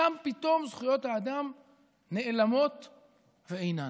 שם פתאום זכויות האדם נעלמות ואינן.